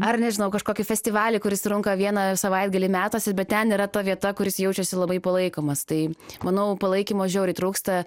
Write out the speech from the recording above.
ar nežinau kažkokį festivalį kuris trunka vieną savaitgalį metuose bet ten yra ta vieta kur jis jaučiasi labai palaikomas tai manau palaikymo žiauriai trūksta